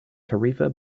tarifa